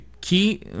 key